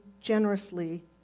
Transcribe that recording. generously